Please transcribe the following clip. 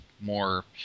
more